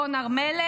סון הר מלך,